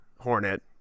hornet